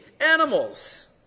Animals